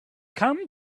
come